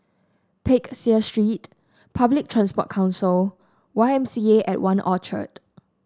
Peck Seah Street Public Transport Council Y M C A and One Orchard